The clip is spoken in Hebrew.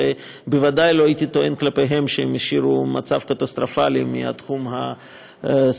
בוודאי לא הייתי טוען כלפיהם שהם השאירו מצב קטסטרופלי בתחום הסביבתי.